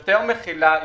יותר מכילה,